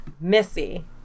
Missy